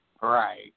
Right